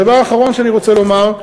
הדבר האחרון שאני רוצה לומר: